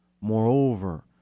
Moreover